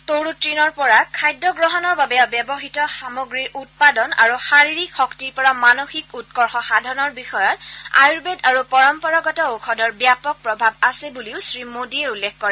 তৰু তৃণৰ পৰা খাদ্য গ্ৰহণৰ বাবে ব্যৱহাত সামগ্ৰীৰ উৎপাদন আৰু শাৰীৰিক শক্তিৰ পৰা মানসিক উৎকৰ্ষ সাধনৰ বিষয়ত আয়ুৰ্বেদ আৰু পৰম্পৰাগত ঔষধৰ ব্যাপক প্ৰভাৱ আছে বুলিও শ্ৰীমোদীয়ে উল্লেখ কৰে